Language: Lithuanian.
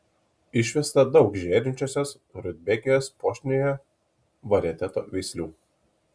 išvesta daug žėrinčiosios rudbekijos puošniojo varieteto veislių